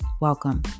Welcome